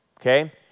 okay